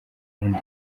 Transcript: undi